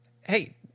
hey